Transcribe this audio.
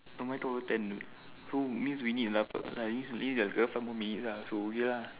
oh mine two o ten so means we need another like means five more minutes lah so ya lah